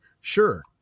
sure